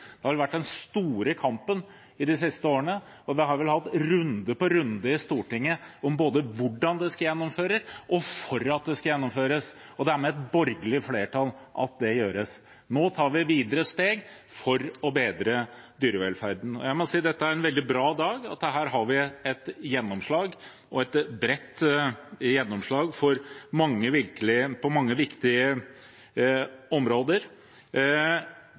Det har vært den store kampen i de siste årene. Vi har hatt runde på runde i Stortinget både om hvordan det skal gjennomføres, og for at det skal gjennomføres, og det er med et borgerlig flertall at det gjøres. Nå tar vi videre steg for å bedre dyrevelferden. Jeg må si at dette er en veldig bra dag. Her har vi et gjennomslag – og et bredt gjennomslag på mange viktige områder.